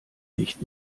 nicht